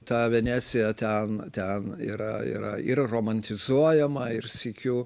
ta venecija ten ten yra yra ir romantizuojama ir sykiu